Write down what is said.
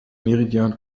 meridian